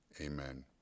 amen